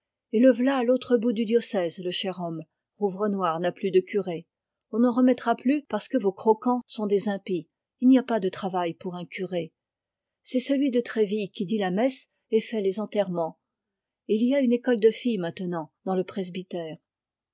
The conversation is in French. et le voilà à l'autre bout du diocèse le cher homme rouvrenoir n'a plus de curé on n'en remettra plus parce que vos croquants sont des impies il n'y a pas de travail pour un curé c'est celui de tréville qui dit la messe et fait les enterrements et il y a une école de filles maintenant dans le presbytère